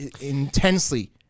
intensely